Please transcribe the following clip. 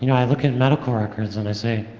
you know i look at medical records, and i say,